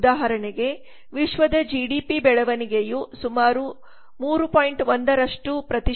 ಉದಾಹರಣೆಗೆ ವಿಶ್ವದ ಜಿಡಿಪಿ ಬೆಳವಣಿಗೆಯು ಸುಮಾರು 3